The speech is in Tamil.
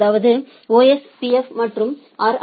அதாவது ஓஸ்பிஃப் மற்றும் ஆா்